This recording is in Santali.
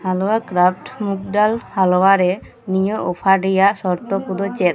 ᱦᱟᱞᱩᱣᱟ ᱠᱨᱟᱯᱷᱴ ᱢᱩᱜᱽ ᱰᱟᱞ ᱦᱟᱞᱩᱣᱟᱨᱮ ᱱᱤᱭᱟᱹ ᱚᱯᱷᱟᱨ ᱨᱮᱱᱟᱜ ᱥᱚᱨᱛᱚ ᱠᱚᱫᱚ ᱪᱮᱫ